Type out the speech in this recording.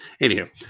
Anywho